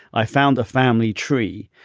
i found a family tree.